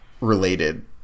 related